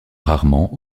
rarement